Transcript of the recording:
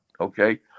okay